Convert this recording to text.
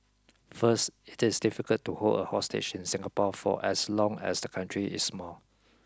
first it is difficult to hold a hostage in Singapore for as long as the country is small